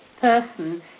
person